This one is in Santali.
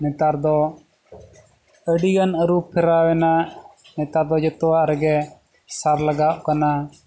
ᱱᱮᱛᱟᱨ ᱫᱚ ᱟᱹᱰᱤ ᱜᱟᱱ ᱟᱹᱨᱩ ᱯᱷᱮᱨᱟᱣ ᱮᱱᱟ ᱱᱮᱛᱟᱨ ᱫᱚ ᱡᱚᱛᱚᱣᱟᱜ ᱨᱮᱜᱮ ᱥᱟᱨ ᱞᱟᱜᱟᱣᱚᱜ ᱠᱟᱱᱟ